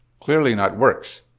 clearly not works.